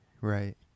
Right